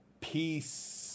Peace